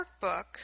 workbook